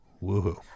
woo-hoo